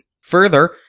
Further